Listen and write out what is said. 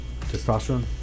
testosterone